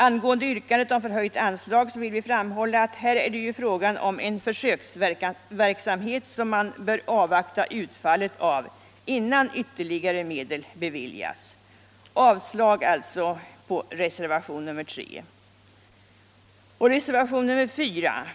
Angående yrkandet om förhöjt anslag vill vi framhålla att det här är fråga om en försöksverksamhet, som man bör avvakta utfallet utav innan ytterligare medel beviljas. Jag yrkar alltså avslag på reservationen 3. Så några ord om reservationen 4.